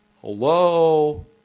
Hello